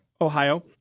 Ohio